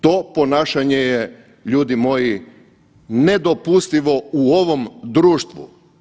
To ponašanje je ljudi moji je nedopustivo u ovom društvu.